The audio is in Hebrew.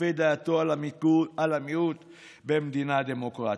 כופה דעתו על המיעוט במדינה דמוקרטית.